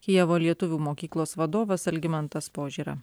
kijevo lietuvių mokyklos vadovas algimantas požėra